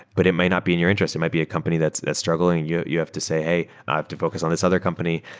but it may not be in your interest. it might be a company that's that's struggling. you you have to say, hey, i have to focus on this other company.